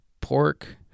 pork